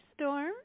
storm